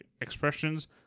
expressions